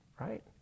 right